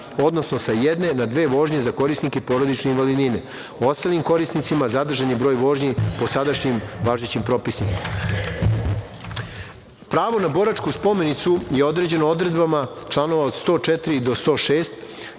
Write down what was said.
odnosno sa jedne na dve vožnje za korisnike porodične invalidnine. Ostalim korisnicima zadržan je broj vožnji po sadašnjim važećim propisima. Pravo na boračku spomenicu je određeno odredbama članova od 104. do 106.